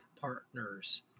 partners